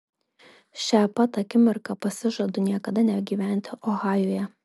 šią pat akimirką pasižadu niekada negyventi ohajuje